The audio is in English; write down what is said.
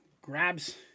grabs